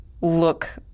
look